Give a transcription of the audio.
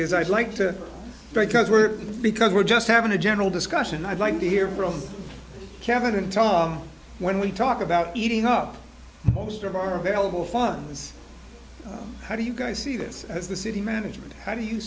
is i'd like to because we're because we're just having a general discussion i'd like to hear from kevin talk when we talk about eating up most of our available funds how do you guys see this as the city manager and how do you